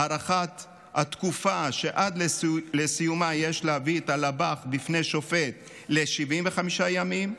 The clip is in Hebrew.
הארכת התקופה שעד לסיומה יש להביא את הלב"ח בפני שופט ל-75 ימים,